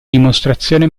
dimostrazione